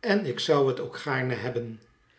en ik zou het ook gaarne hebben